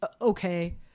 Okay